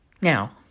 Now